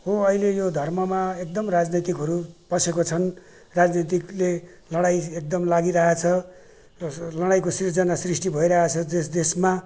हो अहिले यो धर्ममा एकदम राजनीतिकहरू पसेको छन् राजनीतिकले लडाइँ एकदम लागिरहेको छ र लडाइँको सृजना सृष्टि भइरहेको छ देश देशमा